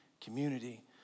community